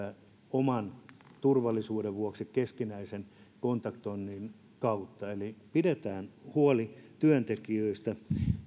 oman turvallisuuden vuoksi keskinäisen kontaktoinnin kautta eli pidetään huoli työntekijöistä